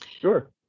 Sure